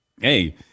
Hey